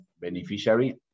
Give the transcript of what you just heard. beneficiary